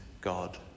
God